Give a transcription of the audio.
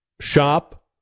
shop